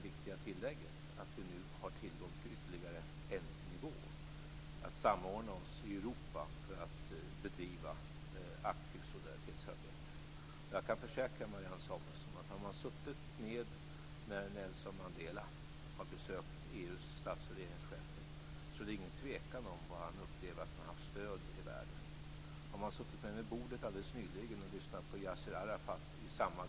Ryttar tar upp en av vår tids stora och svåra frågor. Det är bra. Jag kan på en gång säga att jag inte har något bra svar på den. Jag kan också tala om att jag inte har träffat någon annan heller som har något bra svar på detta.